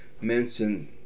mention